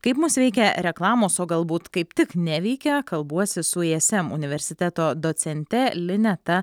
kaip mus veikia reklamos o galbūt kaip tik neveikia kalbuosi su ism universiteto docente lineta